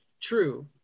true